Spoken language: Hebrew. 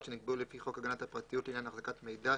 שנקבעו לפי חוק הגנת הפרטיות לעניין החזקת מידע,